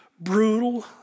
brutal